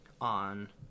on